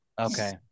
Okay